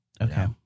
okay